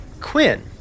quinn